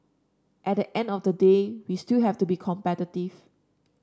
at the end of the day we still have to be competitive